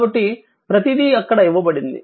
కాబట్టి ప్రతీదీ అక్కడ ఇవ్వబడింది